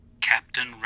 Captain